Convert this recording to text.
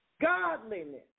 Godliness